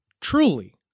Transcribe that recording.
truly